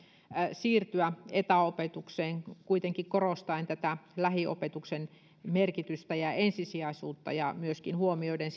siirtyä etäopetukseen kuitenkin korostaen tätä lähiopetuksen merkitystä ja ensisijaisuutta ja huomioiden